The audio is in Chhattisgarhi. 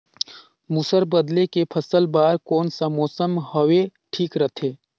मसुर बदले के फसल बार कोन सा मौसम हवे ठीक रथे?